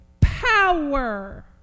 power